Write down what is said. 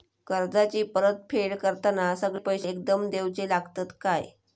कर्जाची परत फेड करताना सगळे पैसे एकदम देवचे लागतत काय?